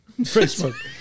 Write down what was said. Facebook